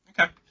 Okay